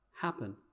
happen